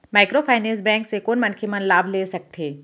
Microfinance bank से कोन मनखे मन लाभ ले सकथे?